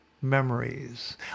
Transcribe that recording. memories